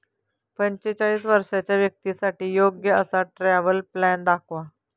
पंचेचाळीस वर्षांच्या व्यक्तींसाठी योग्य असा ट्रॅव्हल प्लॅन दाखवा